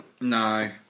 No